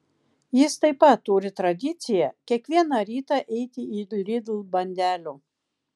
jis taip pat turi tradiciją kiekvieną rytą eiti į lidl bandelių